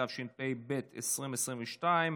התשפ"ב 2022,